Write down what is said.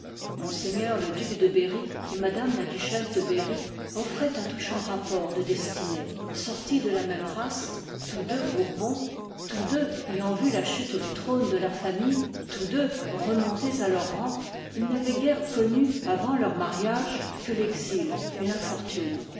m le duc de berry et m la duchesse de berry offroicnt un touchant rapport de destinées sortis de la même race tous deux bourbons tous deux ayant vu la chute du trône de leur famille tous deux remontés à leur rang ils n'avoient guère connu avant leur mariage que texil et